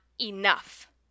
enough